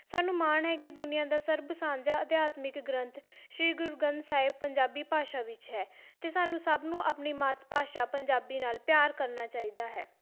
ਸਾਨੂੰ ਮਾਣ ਹੈ ਕਿ ਦੁਨੀਆਂ ਦਾ ਸਰਬ ਸਾਂਝਾ ਅਧਿਆਤਮਿਕ ਗ੍ਰੰਥ ਸ਼੍ਰੀ ਗੁਰੂ ਗ੍ਰੰਥ ਸਾਹਿਬ ਪੰਜਾਬੀ ਭਾਸ਼ਾ ਵਿੱਚ ਹੈ ਅਤੇ ਸਾਨੂੰ ਸਭ ਨੂੰ ਆਪਣੀ ਮਾਤ ਭਾਸ਼ਾ ਪੰਜਾਬੀ ਨਾਲ ਪਿਆਰ ਕਰਨਾ ਚਾਹੀਦਾ ਹੈ